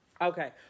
Okay